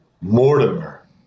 Mortimer